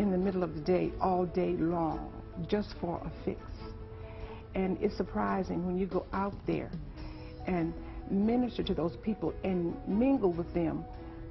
in the middle of the day all day long just for and is surprising when you go out there and minister to those people and mingle with them